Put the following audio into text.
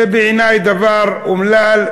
זה בעיני דבר אומלל,